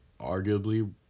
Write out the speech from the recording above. arguably